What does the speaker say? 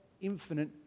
infinite